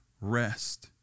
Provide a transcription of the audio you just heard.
rest